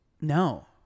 No